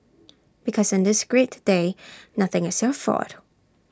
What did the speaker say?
because on this great day nothing is your fault